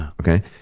okay